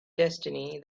destiny